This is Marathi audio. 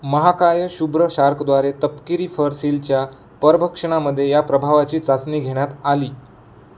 महाकाय शुभ्र शार्कद्वारे तपकिरी फरसीलच्या परभक्षणामध्ये या प्रभावाची चाचणी घेण्यात आली